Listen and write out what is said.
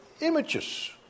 images